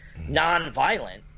nonviolent